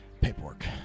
paperwork